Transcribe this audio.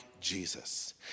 Jesus